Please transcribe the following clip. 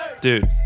Dude